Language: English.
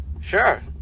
Sure